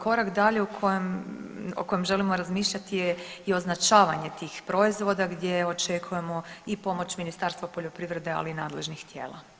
Korak dalje o kojem želimo razmišljati je i označavanje tih proizvoda gdje očekujemo i pomoć Ministarstva poljoprivrede, ali i nadležnih tijela.